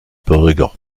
bürger